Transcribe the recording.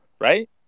right